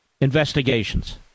investigations